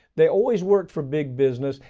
they always work for big business,